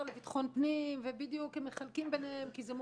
לביטחון פנים והם בדיוק מחלקים ביניהם כי זה מורכב,